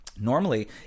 normally